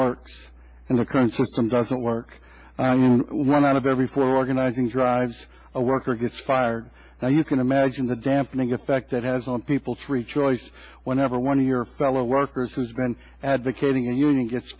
works and the current system doesn't work i mean one out of every four organizing drives a worker gets fired now you can imagine the dampening effect that has on people's free choice whenever one of your fellow workers who's been advocating a union gets